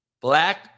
black